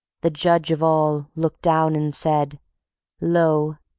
the judge of all looked down and said lo!